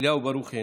אליהו ברוכי,